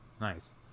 Nice